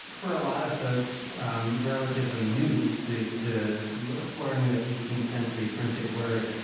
for a lot of folks relatively new to to exploring the eighteenth century printed word,